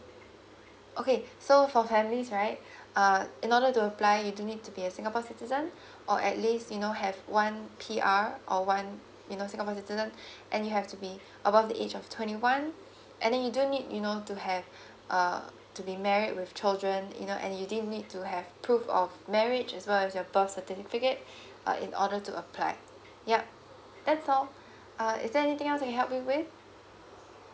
okay so for families right uh in order to apply you do need to be a singapore citizen or at least you know have one P_R or one you know singapore citizen and you have to be about the age of twenty one and then you do need you know to have uh to be married with children you know and you do need to have proof of marriage as well as your birth certificate uh in order to apply yup that's all uh is there anything else I can help you with